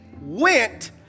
went